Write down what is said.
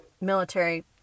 military